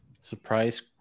surprise